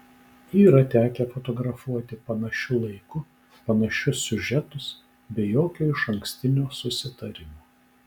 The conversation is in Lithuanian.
yra tekę fotografuoti panašiu laiku panašius siužetus be jokio išankstinio susitarimo